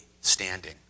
standing